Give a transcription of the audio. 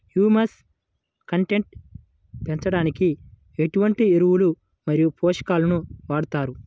Humus content పెంచడానికి ఎటువంటి ఎరువులు మరియు పోషకాలను వాడతారు?